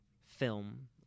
film